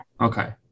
Okay